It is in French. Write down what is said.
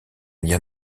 lien